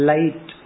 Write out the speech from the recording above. Light